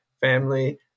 family